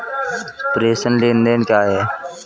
प्रेषण लेनदेन क्या है?